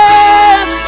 Yes